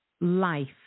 life